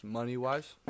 money-wise